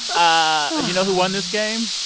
um you know who won this game?